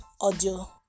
audio